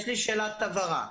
יש לי שאלת הבהרה.